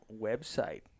website